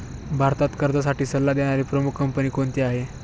भारतात कर्जासाठी सल्ला देणारी प्रमुख कंपनी कोणती आहे?